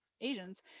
Asians